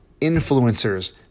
influencers